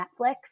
Netflix –